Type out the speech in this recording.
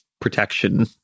protection